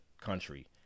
country